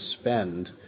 spend